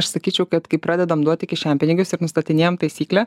aš sakyčiau kad kai pradedam duoti kišenpinigius ir nustatinėjam taisyklę